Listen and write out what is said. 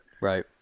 Right